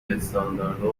استانداردها